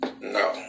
No